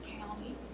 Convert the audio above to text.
County